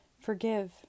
Forgive